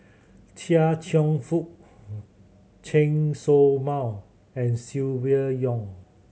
Chia Cheong Fook Chen Show Mao and Silvia Yong